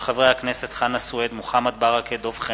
מאת חברי הכנסת אלי אפללו